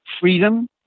freedom